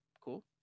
cool